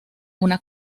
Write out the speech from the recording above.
una